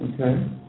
Okay